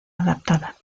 adaptada